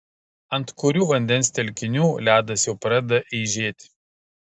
ant kurių vandens telkinių ledas jau pradeda eižėti